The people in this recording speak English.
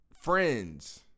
friends